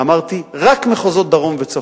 אמרתי: רק מחוזות דרום וצפון,